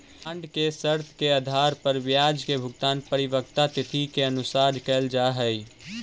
bond के शर्त के आधार पर ब्याज के भुगतान परिपक्वता तिथि के अनुसार कैल जा हइ